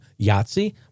Yahtzee